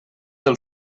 del